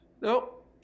nope